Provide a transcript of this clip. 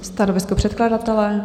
Stanovisko předkladatele?